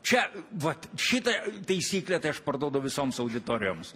čia vat šita taisyklė tai aš parduodu visoms auditorijoms